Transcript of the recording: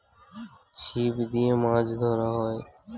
ছিপ দিয়ে মাছ ধরা হয়